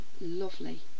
lovely